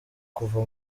kuva